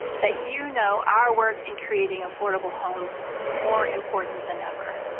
that you know our work in creating affordable homes is more important than ever.